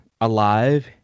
alive